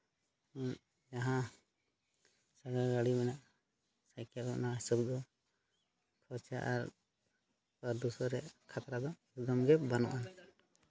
ᱡᱟᱦᱟᱸ ᱥᱟᱸᱜᱟᱲ ᱜᱟᱹᱰᱤ ᱢᱮᱱᱟᱜᱼᱟ ᱥᱟᱭᱠᱮᱞ ᱚᱱᱟ ᱦᱤᱥᱟᱹᱵ ᱫᱚ ᱠᱷᱚᱨᱪᱟ ᱟᱨ ᱫᱩᱥᱟᱹᱣ ᱨᱮᱭᱟᱜ ᱠᱷᱟᱛᱨᱟ ᱫᱚ ᱮᱠᱫᱚᱢ ᱜᱮ ᱵᱟᱹᱱᱩᱜᱼᱟ